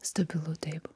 stabilu taip